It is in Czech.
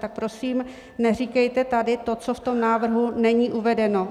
Tak prosím, neříkejte tady to, co v tom návrhu není uvedeno.